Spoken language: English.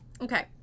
Okay